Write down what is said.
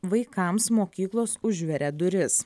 vaikams mokyklos užveria duris